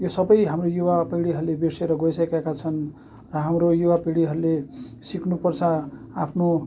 यो सबै हाम्रो युवापिँढीहरूले बिर्सिएर गइसकेका छन् र हाम्रो युवापिँढीहरूले सिक्नुपर्छ आफ्नो